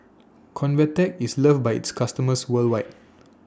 Convatec IS loved By its customers worldwide